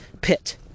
pit